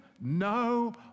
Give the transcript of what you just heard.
no